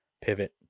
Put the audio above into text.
pivot